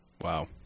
Wow